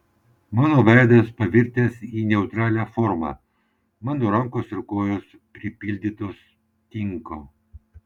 mano veidas pavirtęs į neutralią formą mano rankos ir kojos pripildytos tinko